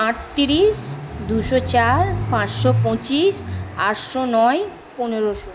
আটতিরিশ দুশো চার পাঁচশো পঁচিশ আটশো নয় পনেরোশো